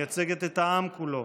המייצגת את העם כולו,